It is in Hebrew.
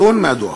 נתון מהדוח.